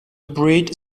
breed